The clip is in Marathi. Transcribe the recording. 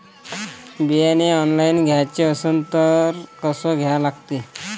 बियाने ऑनलाइन घ्याचे असन त कसं घ्या लागते?